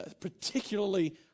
particularly